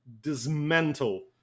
dismantle